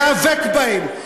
להיאבק בהם,